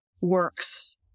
works